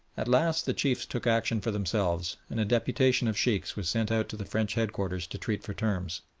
at last the chiefs took action for themselves, and a deputation of sheikhs was sent out to the french headquarters to treat for terms.